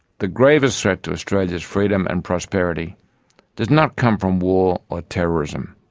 the gravest threat to australia's freedom and prosperity does not come from war or terrorism,